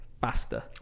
faster